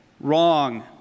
wrong